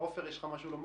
עפר, יש לך מה לומר?